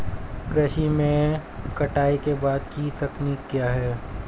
कृषि में कटाई के बाद की तकनीक क्या है?